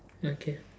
okay